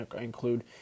include